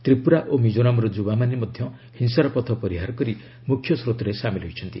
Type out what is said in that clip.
ତ୍ରିପୁରା ଓ ମିଜୋରାମର ଯୁବାମାନେ ମଧ୍ୟ ହିଂସାର ପଥ ପରିହାର କରି ମୁଖ୍ୟସ୍ରୋତରେ ସାମିଲ ହୋଇଛନ୍ତି